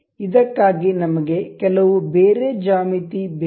ಇದಕ್ಕಾಗಿ ನಮಗೆ ಕೆಲವು ಬೇರೆ ಜ್ಯಾಮಿತಿ ಬೇಕು